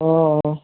অঁ